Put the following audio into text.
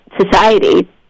society